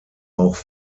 auch